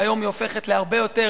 והיום היא הופכת להרבה יותר